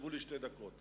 והוקצבו לי שתי דקות.